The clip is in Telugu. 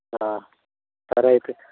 సరే అయితే